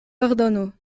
pardonu